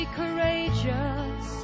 courageous